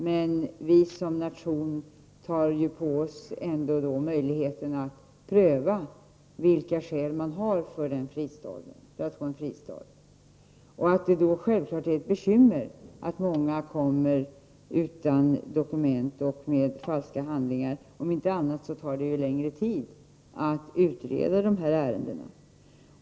Men vi som nation tar ändå fasta på möjligheten att pröva vilka skäl som kan finnas för en fristad här. Självfallet är det ett bekymmer att många kommer utan dokument eller med falska handlingar — i varje fall tar det längre tid att utreda sådana ärenden.